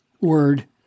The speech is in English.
word